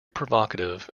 provocative